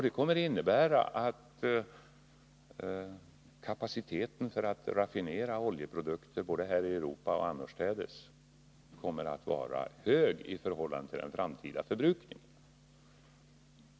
Det kommer att innebära att kapaciteten för att raffinera oljeprodukter, både här i Europa och annorstädes, kommer att vara hög i förhållande till framtida förbrukning.